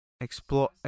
explore